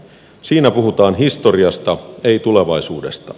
siinä puhutaan historiasta ei tulevaisuudesta